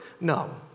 No